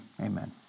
amen